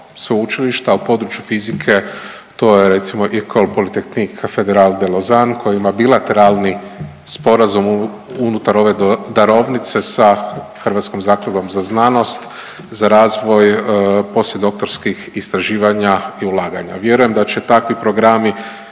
sveučilišta u području fizike, to je recimo Ecole Polytechnique Federale de Lausanne koji ima bilateralni sporazum unutar ove darovnice sa Hrvatskom zakladom za znanost za razvoj poslijedoktorskih istraživanja i ulaganja. Vjerujem da će takvi programi